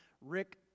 Rick